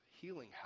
healing